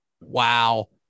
Wow